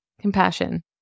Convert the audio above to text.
Compassion